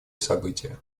события